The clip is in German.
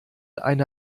eine